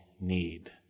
need